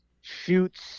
shoots